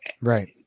Right